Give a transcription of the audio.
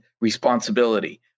responsibility